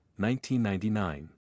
1999